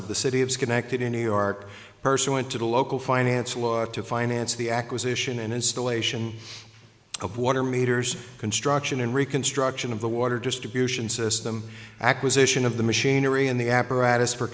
of the city of schenectady new york person went to the local finance law to finance the acquisition and installation of water meters construction and reconstruction of the water distribution system acquisition of the machinery and the apparatus for